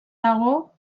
dago